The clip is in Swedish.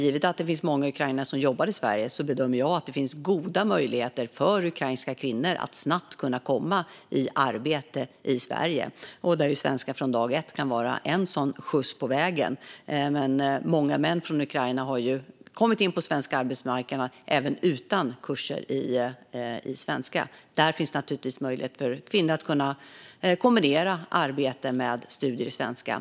Givet att det är många ukrainare som jobbar i Sverige bedömer jag att det finns goda möjligheter för ukrainska kvinnor att snabbt komma i arbete i Sverige. Där kan Svenska från dag ett vara en skjuts på vägen, men många män från Ukraina har kommit in på svensk arbetsmarknad även utan kurser i svenska. Där finns möjligheter för kvinnor att kombinera arbete med studier i svenska.